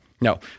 no